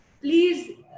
Please